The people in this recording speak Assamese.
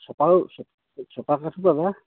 চপা চপা চপা কাঠো পাবা